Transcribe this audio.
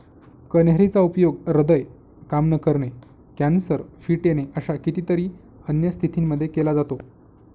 कन्हेरी चा उपयोग हृदय काम न करणे, कॅन्सर, फिट येणे अशा कितीतरी अन्य स्थितींमध्ये केला जातो